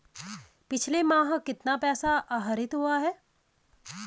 पिछले माह कितना पैसा आहरित हुआ है?